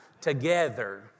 together